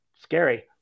scary